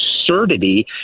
absurdity